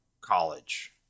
college